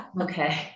Okay